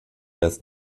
erst